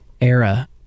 era